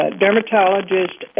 dermatologist